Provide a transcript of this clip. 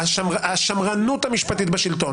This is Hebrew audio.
השמרנות המשפטית בשלטון,